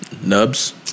Nubs